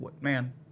man